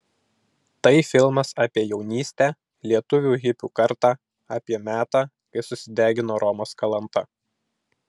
tai filmas apie jaunystę lietuvių hipių kartą apie metą kai susidegino romas kalanta